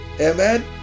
Amen